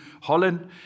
Holland